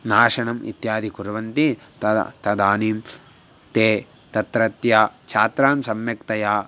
नाशनम् इत्यादि कुर्वन्ति तद तदानीं ते तत्रत्यान् छात्रान् सम्यक्तया